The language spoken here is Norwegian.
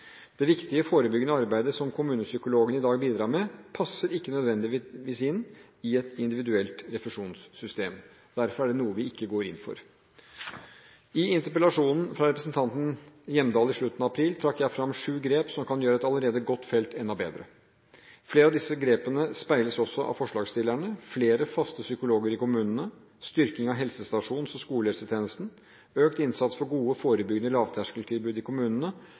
Det viktige forebyggende arbeidet som kommunepsykologene i dag bidrar med, passer ikke nødvendigvis inn i et individuelt refusjonssystem. Derfor er det noe vi ikke går inn for. I interpellasjonen fra representanten Hjemdal i slutten av april trakk jeg fram sju grep som kan gjøre et allerede godt felt enda bedre. Flere av disse grepene speiles også av forslagsstillerne: flere faste psykologer i kommunene styrking av helsestasjons- og skolehelsetjenesten økt innsats for gode forebyggende lavterskeltilbud i kommunene